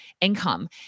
income